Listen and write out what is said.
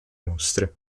mostre